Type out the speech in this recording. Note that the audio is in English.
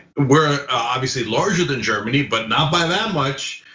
we're obviously larger than germany, but not by that much.